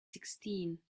sixteen